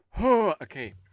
Okay